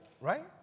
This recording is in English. right